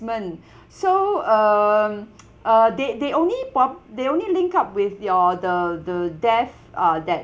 so um uh they they only po~ they only link up with your the the death ah that